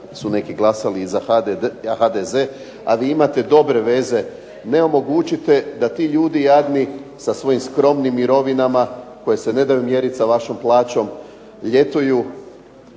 su neki glasali i za HDZ, a vi imate dobre veze ne omogućite da ti ljudi jadni sa svojim skromnim mirovinama koje se ne daju mjeriti sa vašom plaćom ljetuju